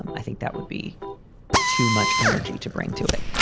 i think that would be too much energy to bring to it.